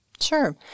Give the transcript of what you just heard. Sure